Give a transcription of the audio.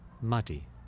muddy